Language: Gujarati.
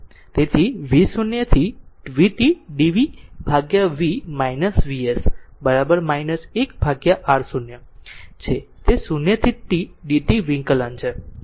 તેથી v0 to vt dvv Vs 1Rc છે 0 થી t dt સંકલન